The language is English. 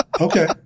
Okay